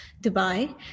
Dubai